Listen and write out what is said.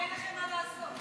אין לכם מה לעשות.